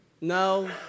no